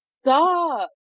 Stop